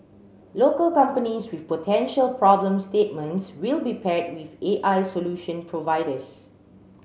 local companies with potential problem statements will be paired with A I solution providers